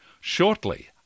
Shortly